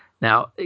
Now